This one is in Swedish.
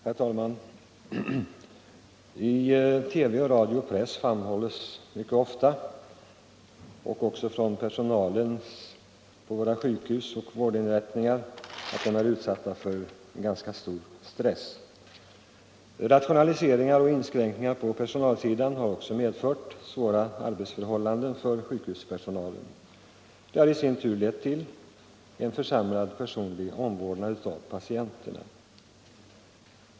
Herr talman! I TV, radio och press framhålls ofta att personalen på våra sjukhus och vårdinrättningar är utsatt för ganska stor stress. Detta omvittnas också ofta från personalens egen sida. Rationaliseringar och inskränkningar har medfört svåra arbetsförhållanden för sjukhuspersonal. Det har i sin tur lett till en försämrad personlig omvårdnad av patienterna.